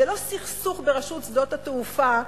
זה לא סכסוך ברשות שדות התעופה,